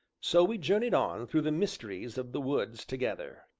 so we journeyed on through the mysteries of the woods together.